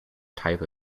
type